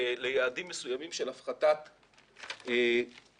ליעדים מסוימים של הפחתת ה-Co2,